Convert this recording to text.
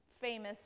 famous